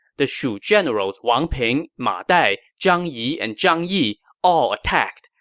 the shu generals wang ping, ma dai, zhang yi, and zhang yi all attacked.